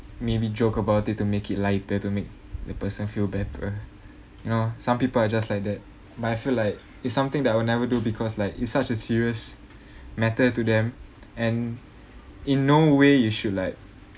maybe joke about it to make it lighter to make the person feel better you know some people are just like that but I feel like it's something that I'll never do because like it's such a serious matter to them and in no way you should like